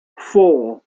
four